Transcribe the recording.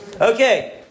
Okay